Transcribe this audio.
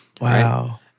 Wow